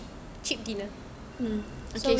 cheap cheap dinner